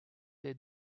they